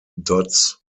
dodds